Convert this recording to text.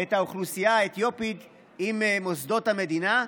את האוכלוסייה האתיופית עם מוסדות המדינה,